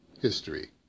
history